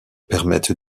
permettent